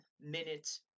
minutes